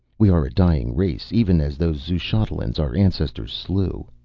we are a dying race, even as those xuchotlans our ancestors slew.